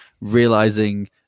realizing